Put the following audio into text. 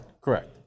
Correct